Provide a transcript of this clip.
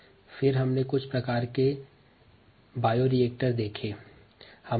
साथ ही हमने पिछले व्याख्यान में विभिन्न प्रकार के बायोरिएक्टर पर भी चर्चा की थी